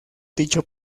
dicho